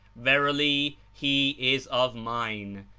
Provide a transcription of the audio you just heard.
verily, he is of mine.